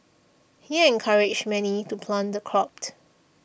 he encouraged many to plant the cropt